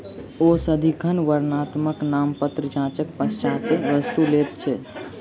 ओ सदिखन वर्णात्मक नामपत्र जांचक पश्चातै वस्तु लैत छथि